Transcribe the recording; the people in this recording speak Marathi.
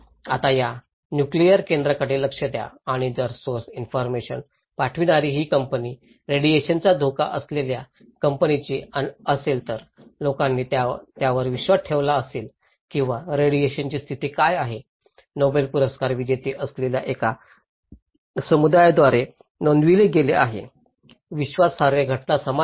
आता या नुक्लेअर केंद्राकडे लक्ष द्या आणि जर सोर्स इन्फॉरमेशन पाठविणारी ही कंपनी रेडिएशनचा धोका असलेल्या कंपनीची असेल तर लोकांनी त्यांच्यावर विश्वास ठेवला असेल किंवा रेडिएशनची स्थिती काय आहे नोबेल पुरस्कार विजेते असलेल्या एका समूहाद्वारे नोंदवले गेले आहे विश्वासार्ह घटना समान आहे